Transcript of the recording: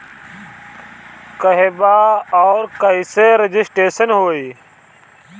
कहवा और कईसे रजिटेशन होई?